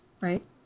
right